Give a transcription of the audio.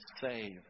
save